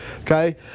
okay